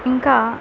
ఇంకా